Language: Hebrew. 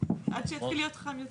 עד שיתחיל להיות חם יותר.